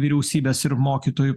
vyriausybės ir mokytojų